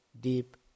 deep